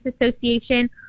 Association